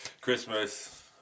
Christmas